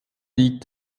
liegt